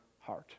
heart